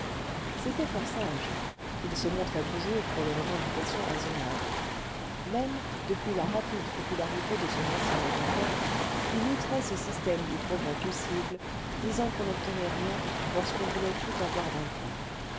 c'était fort sage il se montrait toujours pour les revendications raisonnables même depuis la rapide popularité de son ancien locataire il outrait ce système du progrès possible disant qu'on n'obtenait rien lorsqu'on voulait tout avoir d'un coup